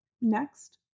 Next